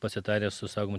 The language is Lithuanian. pasitarę su saugomų